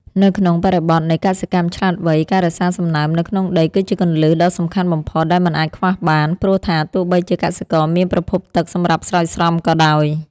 នៅក្នុងបរិបទនៃកសិកម្មឆ្លាតវៃ ការរក្សាសំណើមនៅក្នុងដីគឺជាគន្លឹះដ៏សំខាន់បំផុតដែលមិនអាចខ្វះបាន ព្រោះថាទោះបីជាកសិករមានប្រភពទឹកសម្រាប់ស្រោចស្រពក៏ដោយ។